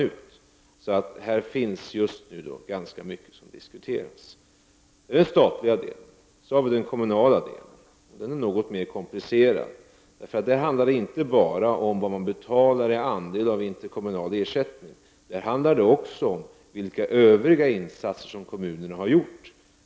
Det är alltså ganska många saker som just nu diskuteras. Vad jag här har nämnt gäller den statliga delen. Sedan har vi den kommunala delen, och den är något mera komplicerad. Här handlar det nämligen inte bara om vad man betalar när det gäller andelen interkommunal ersättning utan också om övriga insatser som kommunerna har gjort.